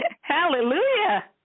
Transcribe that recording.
Hallelujah